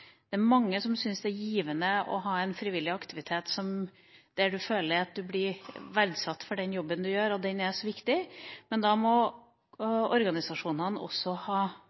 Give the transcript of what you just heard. Det er mange som syns det er givende å ha en frivillig aktivitet, der man føler seg verdsatt for den jobben man gjør – at den er viktig. Men da må organisasjonene ha